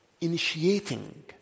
initiating